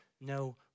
no